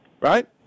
Right